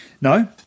No